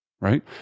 right